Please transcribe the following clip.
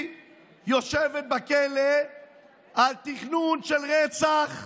היא יושבת בכלא על תכנון של רצח,